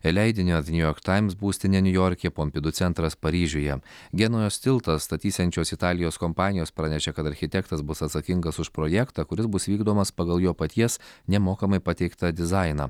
leidinio ve niu jork taims būstinė niujorke pompidu centras paryžiuje genujos tiltą statysiančios italijos kompanijos pranešė kad architektas bus atsakingas už projektą kuris bus vykdomas pagal jo paties nemokamai pateiktą dizainą